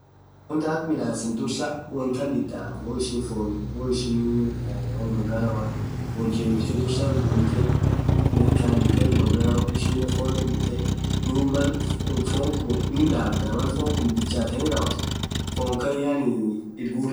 Wonn tan akha midhasen dhursaa wonn tan dhithaa woo ishin fonni woo ishin unga ngaano than woth jebifthe dhursaa khadhithe unga ngaano ishin fonen dhithee dhub Mal fonn khun hidamdhaa fonn khun bichateni rawothen fonn Khan yaani itagurtha